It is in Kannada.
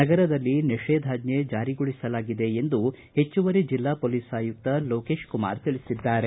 ನಗರದಲ್ಲಿ ನಿಷೇಧಾಜ್ಜೆ ಜಾರಿಗೊಳಿಸಲಾಗಿದೆ ಎಂದು ಹೆಚ್ಚುವರಿ ಜಿಲ್ಲಾ ಪೊಲೀಸ್ ಆಯುಕ್ತ ಲೋಕೇಶ್ ಕುಮಾರ್ ತಿಳಿಸಿದ್ದಾರೆ